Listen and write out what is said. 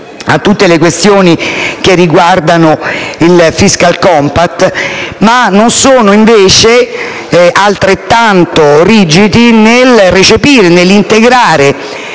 a tutte le questioni che riguardano il *fiscal compact*), ma non sono invece altrettanto rigidi nell'integrare